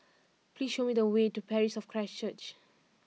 please show me the way to Parish of Christ Church